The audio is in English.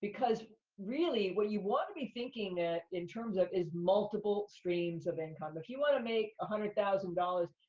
because really, what you wanna be thinking in terms of is multiple streams of income. if you wanna make a hundred thousand dollars,